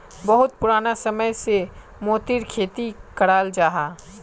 बहुत पुराना समय से मोतिर खेती कराल जाहा